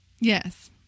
Yes